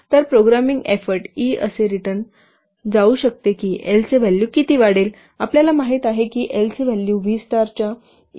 तर programming effort E असे written जाऊ शकते की L चे व्हॅल्यू किती वाढेल आपल्याला माहित आहे की L ची व्हॅल्यू व्ही स्टार च्या इक्वल आहे